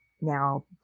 now